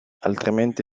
altrimenti